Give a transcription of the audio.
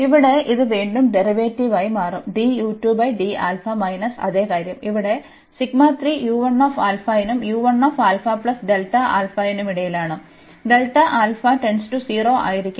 ഇവിടെ ഇത് വീണ്ടും ഡെറിവേറ്റീവായി മാറും മൈനസ് അതേ കാര്യം ഇവിടെ നും നും ഇടയിലാണ് ആയിരിക്കുമ്പോൾ